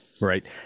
Right